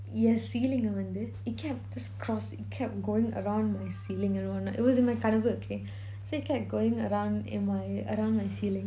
ஏன்:yean ceiling eh வந்து:vanthu it kept just~ crossing it kept going around my ceiling in one night it was in my carnival okay so it kept going around in my around my ceiling